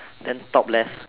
then top left